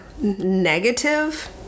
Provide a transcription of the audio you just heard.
negative